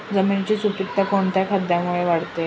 जमिनीची सुपिकता कोणत्या खतामुळे वाढते?